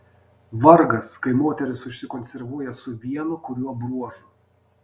vargas kai moteris užsikonservuoja su vienu kuriuo bruožu